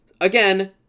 Again